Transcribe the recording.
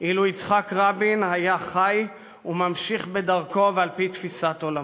אילו היה יצחק רבין חי וממשיך בדרכו ועל-פי תפיסת עולמו.